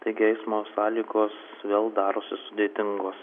taigi eismo sąlygos vėl darosi sudėtingos